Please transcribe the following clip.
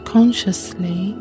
consciously